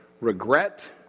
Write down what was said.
regret